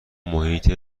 محیط